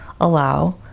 allow